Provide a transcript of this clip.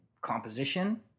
composition